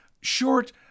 short